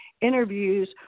interviews